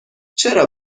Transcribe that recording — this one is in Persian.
چرا